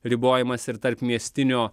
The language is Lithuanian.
ribojamas ir tarpmiestinio